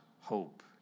hope